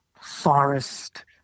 forest